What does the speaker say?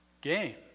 game